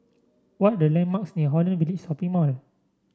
what are the landmarks near Holland Village Shopping Mall